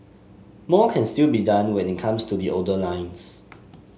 more can still be done when it comes to the older lines